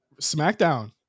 smackdown